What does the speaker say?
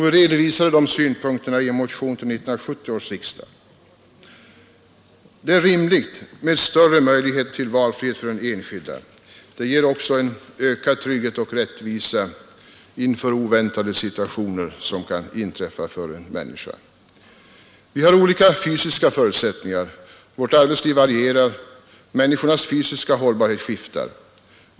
Vi redovisade dessa synpunkter i en motion till 1970 års riksdag. Det är rimligt med större möjligheter till valfrihet för den enskilde. Det ger också ökad trygghet och rättvisa i oväntade situationer som kan inträffa för en människa. Vi har olika fysiska förutsättningar. Vårt arbetsliv varierar och människornas fysiska hållbarhet skiftar.